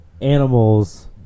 animals